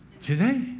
today